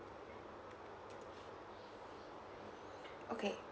okay